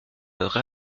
notre